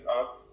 up